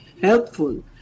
helpful